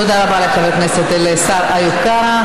תודה רבה לשר איוב קרא.